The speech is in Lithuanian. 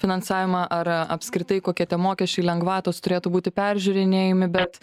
finansavimą ar apskritai kokie tie mokesčiai lengvatos turėtų būti peržiūrinėjami bet